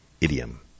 idiom